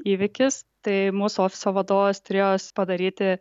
įvykis tai mūsų ofiso vadovas turėjo padaryti